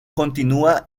continúa